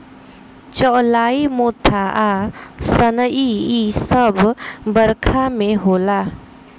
चौलाई मोथा आ सनइ इ सब घास बरखा में होला